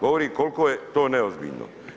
Govori koliko je to neozbiljno.